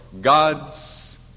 God's